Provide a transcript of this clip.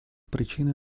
причиной